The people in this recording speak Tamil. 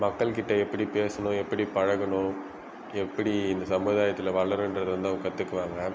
மக்கள் கிட்டே எப்படி பேசணும் எப்படி பழகணும் எப்படி இந்த சமுதாயத்தில் வளரனுன்றத வந்து அவங்க கற்றுக்குவாங்க